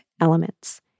Elements